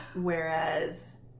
Whereas